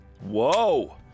whoa